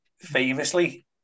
famously